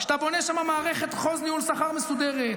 שאתה בונה שם מערכת ניהול שכר מסודרת,